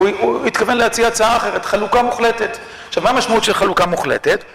הוא התכוון להציע הצעה אחרת, חלוקה מוחלטת. עכשיו מה המשמעות של חלוקה מוחלטת?